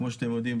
כפי שאתם יודעים,